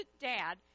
dad